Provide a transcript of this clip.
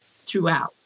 throughout